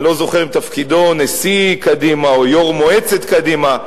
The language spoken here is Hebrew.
אני לא זוכר אם תפקידו נשיא קדימה או יושב-ראש מועצת קדימה,